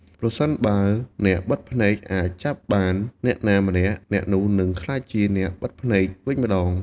ប្រសិនបើអ្នកបិទភ្នែកអាចចាប់បានអ្នកណាម្នាក់ អ្នកនោះនឹងក្លាយជាអ្នកបិទភ្នែកវិញម្ដង។